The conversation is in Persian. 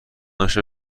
امشب